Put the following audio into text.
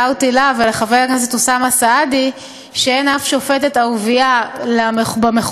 הערתי לה ולחבר הכנסת אוסאמה סעדי שאין אף שופטת ערבייה במחוזי.